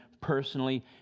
personally